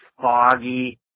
foggy